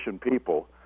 people